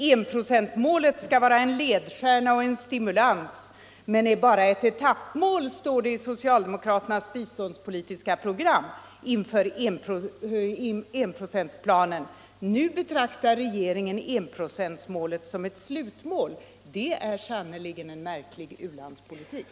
”Enprocentmålet skall vara en ledstjärna och stimulans, men är bara ett etappmål”, står det i det socialdemokratiska biståndspolitiska programmet 1967. Nu betraktar regeringen enprocentsmålet som ett slutmål. Det är sannerligen en märklig u-landspolitik.